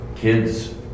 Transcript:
kids